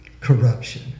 corruption